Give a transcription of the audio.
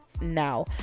now